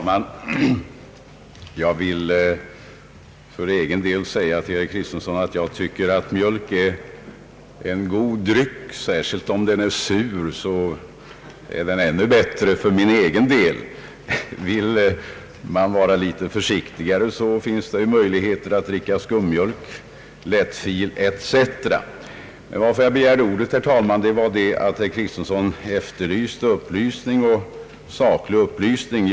Herr talman! Jag vill säga till herr Kristiansson att jag för egen del tycker att mjölk är en god dryck, särskilt om den är sur. Vill man vara litet försiktigare, finns det möjlighet att dricka skummjölk eller lättfil. Anledningen till att jag begärde ordet var emellertid att herr Kristiansson efterlyste saklig upplysning.